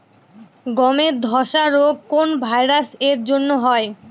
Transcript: গমের ধসা রোগ কোন ভাইরাস এর জন্য হয়?